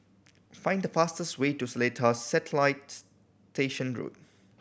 find the fastest way to Seletar Satellite Station Road